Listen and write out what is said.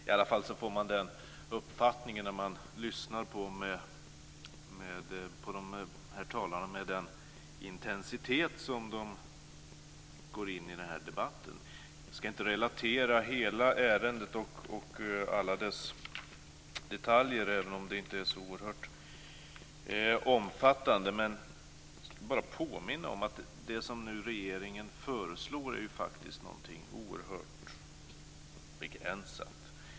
I alla fall får man den uppfattningen när man hör med vilken intensitet de föregående talarna går in i debatten. Jag ska inte relatera hela ärendet och alla dess detaljer, även om det inte är så oerhört omfattande. Jag vill bara påminna om att det som regeringen nu föreslår faktiskt är någonting oerhört begränsat.